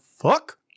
fuck